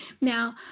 Now